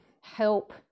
help